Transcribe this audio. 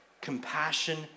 Compassion